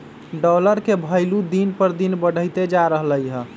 dollar के भइलु दिन पर दिन बढ़इते जा रहलई ह